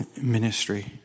ministry